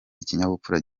ikinyabupfura